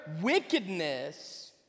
wickedness